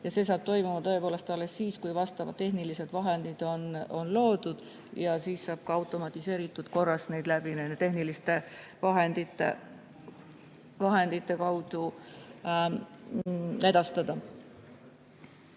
ja see saab toimuma tõepoolest alles siis, kui vastavad tehnilised vahendid on loodud – siis saab neid ka automatiseeritud korras nende tehniliste vahendite kaudu edastada.